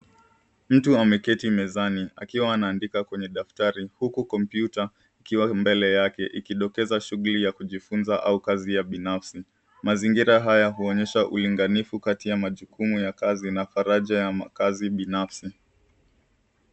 Mtu ameketi mezani akiwa anaandika kwenye daftari huku kompyuta ikiwa mbele yake ikidokeza shughuli ya kujifunza au kazi ya binafsi. Mazingira haya huonyesha ulinganifu kati ya majukumu ya kazi na faraja ya makazi binafsi.